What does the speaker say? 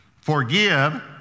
Forgive